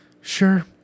Sure